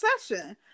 session